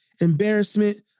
embarrassment